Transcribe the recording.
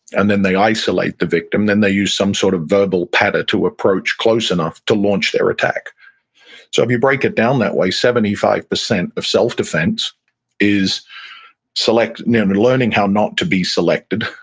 and then they isolate the victim, then they use some sort of verbal patter to approach close enough to launch their attack so if you break it down that way, seventy five percent of self-defense is and um and learning how not to be selected,